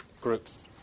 groups